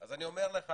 אני אומר לך